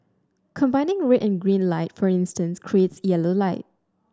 combining red and green light for instance creates yellow light